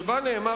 שבה נאמר,